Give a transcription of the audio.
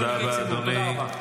תודה רבה.